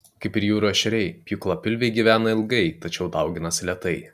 kaip ir jūrų ešeriai pjūklapilviai gyvena ilgai tačiau dauginasi lėtai